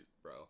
bro